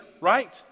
right